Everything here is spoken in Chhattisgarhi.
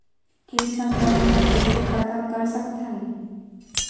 कीट संक्रमण ला कइसे खतम कर सकथन?